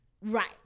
Right